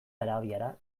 arabiara